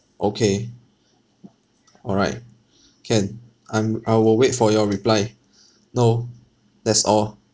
okay all right can I'm I will wait for your reply no that's all